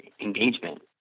engagement